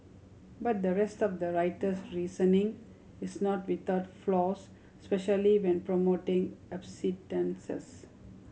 but the rest of the writer's reasoning is not without flaws especially when promoting abstinence